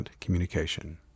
communication